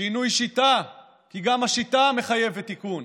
שינוי שיטה, כי גם השיטה מחייבת תיקון,